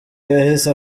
yahise